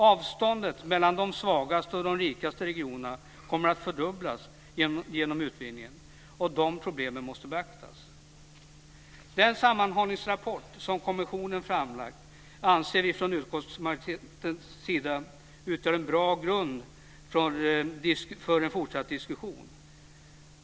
Avståndet mellan de svagaste och de rikaste regionerna kommer att fördubblas genom utvidgningen. Dessa problem måste beaktas. Den sammanhållningsrapport som kommissionen framlagt anser utskottet utgör en bra grund för fortsatt diskussion.